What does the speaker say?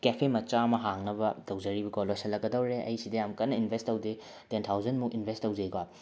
cafe ꯃꯆꯥ ꯑꯃ ꯍꯥꯡꯅꯕ ꯇꯧꯖꯔꯤꯕ ꯀꯣ ꯂꯣꯏꯁꯤꯜꯂꯛꯀꯗꯧꯔꯦ ꯑꯩ ꯁꯤꯗ ꯌꯥꯝ ꯀꯟꯅ ꯏꯟꯕꯦꯁ ꯇꯧꯗꯦ ꯇꯦꯟ ꯊꯥꯎꯖꯟꯃꯨꯛ ꯏꯟꯕꯦꯁ ꯇꯧꯖꯩꯀꯣ